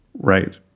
Right